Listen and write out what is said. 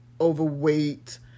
overweight